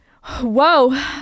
whoa